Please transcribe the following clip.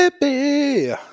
Baby